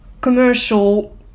commercial